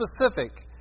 specific